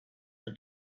the